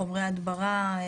חומרי הדברה.